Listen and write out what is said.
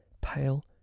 pale